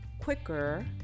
quicker